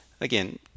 Again